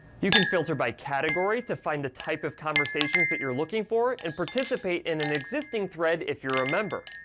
you can filter by category to find the type of conversations that you're looking for, and participate in an existing thread if you're a member.